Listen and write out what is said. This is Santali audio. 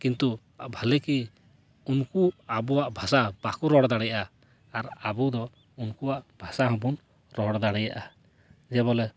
ᱠᱤᱱᱛᱩ ᱵᱷᱟᱹᱞᱤ ᱠᱤ ᱩᱝᱠᱩ ᱟᱵᱚᱣᱟᱜ ᱵᱷᱟᱥᱟ ᱵᱟᱠᱚ ᱨᱚᱲ ᱫᱟᱲᱮᱭᱟᱜᱼᱟ ᱟᱨ ᱟᱵᱚ ᱫᱚ ᱩᱱᱠᱩᱣᱟᱜ ᱵᱷᱟᱥᱟ ᱦᱚᱸᱵᱚᱱ ᱨᱚᱲ ᱫᱟᱲᱮᱭᱟᱜᱼᱟ ᱡᱮᱵᱚᱞᱮ